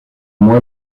moi